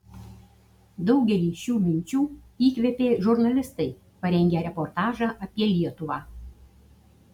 daugelį šių minčių įkvėpė žurnalistai parengę reportažą apie lietuvą